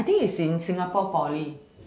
I think is in Singapore poly